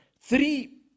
three